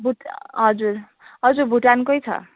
भुट हजुर हजुर भुटानकै छ